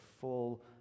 full